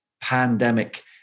pandemic